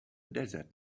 desert